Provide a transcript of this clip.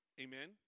Amen